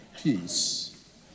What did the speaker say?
peace